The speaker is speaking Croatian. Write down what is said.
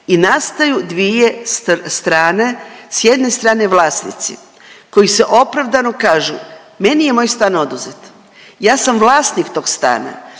i nastaju dvije strane. S jedne strane vlasnici koji se opravdano kažu, meni je moj stan oduzet ja sam vlasnik tog stana,